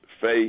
faith